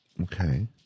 okay